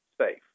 safe